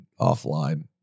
offline